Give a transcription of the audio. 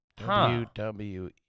WWE